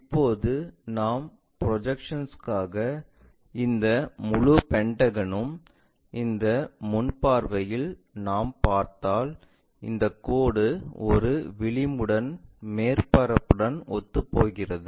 இப்போது நாம் ப்ரொஜெக்ஷன்ஸ்க்காக இந்த முழு பென்டகனும் இந்த முன் பார்வையில் நாம் பார்த்தால் இந்த கோடு ஒரு விளிம்புடன் மேற்பரப்புடன் ஒத்துப்போகிறது